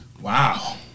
Wow